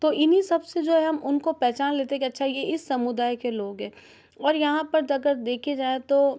तो इन्हीं सब से जो है हम उनको पहचान लेते कि अच्छा ये इस समुदाय के लोग हैं और यहाँ पर जा कर देखा जाए तो